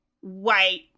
white